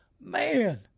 Man